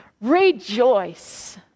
Rejoice